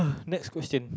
next question